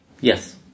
Yes